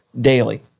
daily